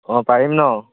অ' পাৰিম ন